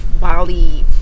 Bali